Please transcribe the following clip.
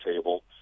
table